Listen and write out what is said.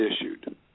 issued